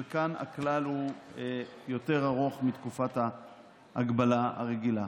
וכאן הכלל הוא יותר ארוך מתקופת ההגבלה הרגילה,